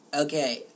okay